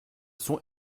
sont